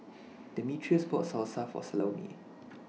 Demetrius bought Salsa For Salome